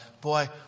boy